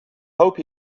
hope